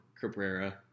Cabrera